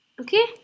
Okay